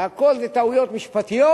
והכול זה טעויות משפטיות,